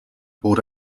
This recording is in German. wurde